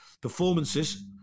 performances